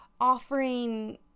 offering